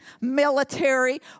military